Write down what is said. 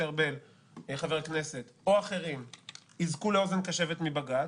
חבר הכנסת משה ארבל או אחרים יזכו לאוזן קשבת מבג"ץ,